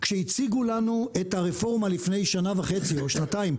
כשהציגו לנו את הרפורמה לפני שנה וחצי-שנתיים,